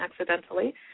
accidentally